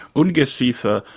ungeziefer?